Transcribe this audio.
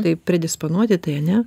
taip pridisponuoti tai ane